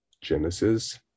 Genesis